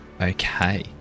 Okay